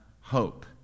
hope